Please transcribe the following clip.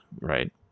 right